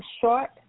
short